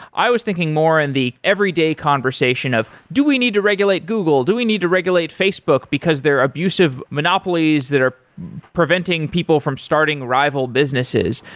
i was thinking more in the everyday conversation of, do we need to regulate google? do we need to regulate facebook? because they're abusive monopolies that are preventing people from starting rival businesses.